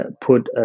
put